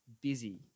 busy